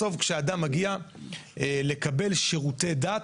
בסוף, כשאדם מגיע לקבל שירותי דת,